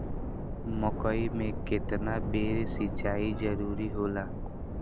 मकई मे केतना बेर सीचाई जरूरी होला?